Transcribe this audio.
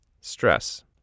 Stress